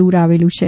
દૂર આવેલું છે